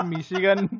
Michigan